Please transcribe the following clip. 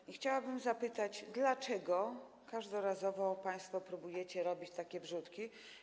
I chciałabym zapytać, dlaczego każdorazowo państwo próbujecie robić takie wrzutki.